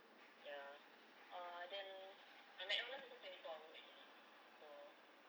ya uh then my mcdonald's also twenty four hours actually so